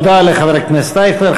תודה לחבר הכנסת אייכלר.